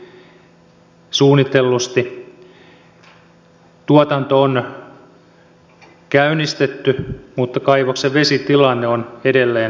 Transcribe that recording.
tuotanto on käynnistetty mutta kaivoksen vesitilanne on edelleen erittäin vaikea